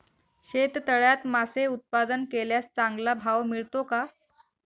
शेततळ्यात मासे उत्पादन केल्यास चांगला भाव मिळतो का?